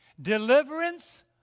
Deliverance